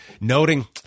noting